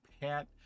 PAT